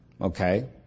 Okay